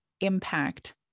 impact